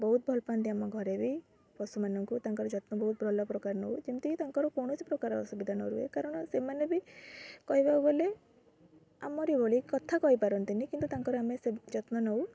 ବହୁତ ଭଲ ପାଆନ୍ତି ଆମ ଘରେ ବି ପଶୁମାନଙ୍କୁ ତାଙ୍କର ଯତ୍ନ ବହୁତ ଭଲ ପ୍ରକାର ନେଉ ଯେମିତି ତାଙ୍କର କୌଣସି ପ୍ରକାର ଅସୁବିଧା ନରୁହେ କାରଣ ସେମାନେ ବି କହିବାକୁ ଗଲେ ଆମରି ଭଳି କଥା କହିପାରନ୍ତିନି କିନ୍ତୁ ତାଙ୍କର ଆମେ ସେ ଯତ୍ନ ନେଉ